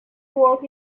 work